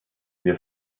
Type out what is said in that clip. wir